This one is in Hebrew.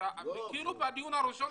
אתה כאילו בדיון הראשון.